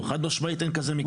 חד-משמעית, אין כזה מקרה.